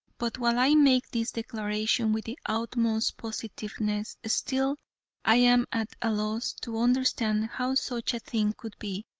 but while i make this declaration with the utmost positiveness, still i am at a loss to understand how such a thing could be,